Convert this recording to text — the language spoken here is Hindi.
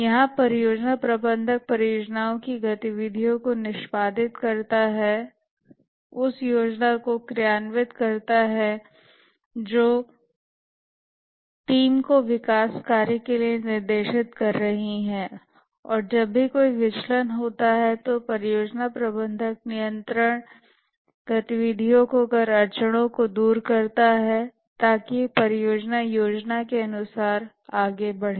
यहां परियोजना प्रबंधक परियोजना की गतिविधियों को निष्पादित करता है उस योजना को क्रियान्वित करता है जो टीम को विकास कार्य करने के लिए निर्देशित कर रही है और जब भी कोई विचलन होता है तो परियोजना प्रबंधक नियंत्रण अड़चन को दूर करता है ताकि परियोजना योजना के अनुसार आगे बढ़े